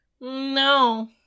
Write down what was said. No